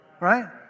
right